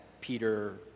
Peter